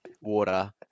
water